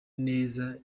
neza